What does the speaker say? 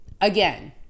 again